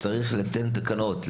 צריך לתקן תקנות,